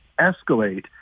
escalate